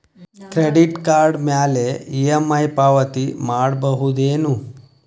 Credit card ಮ್ಯಾಲೆ EMI ಪಾವತಿ ಮಾಡ್ಬಹುದೇನು?